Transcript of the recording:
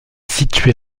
située